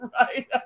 right